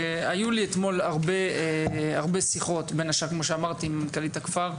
והיו לי אתמול הרבה הרבה שיחות בן השאר כמו שאמרתי עם מנכ"לית הכפר,